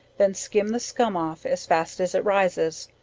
then skim the skum off as fast as it rises.